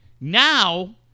Now